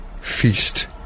feast